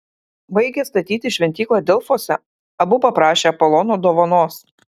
baigę statyti šventyklą delfuose abu paprašė apolono dovanos